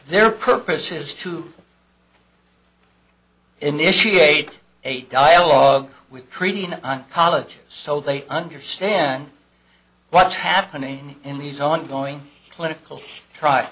their purpose is to initiate a dialogue with creating an apology so they understand what's happening in these ongoing clinical tr